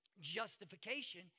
Justification